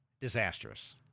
disastrous